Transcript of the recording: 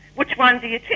which one do